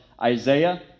Isaiah